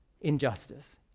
injustice